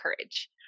courage